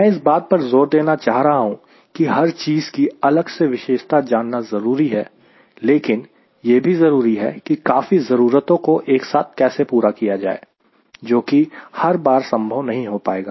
मैं इस बात पर ज़ोर देना चाह रहा हूं की हर चीज की अलग से विशेषता जानना जरूरी है लेकिन यह भी जरूरी है की काफी ज़रूरतों को एक साथ कैसे पूरा किया जाए जो कि हर बार संभव नहीं हो पाएगा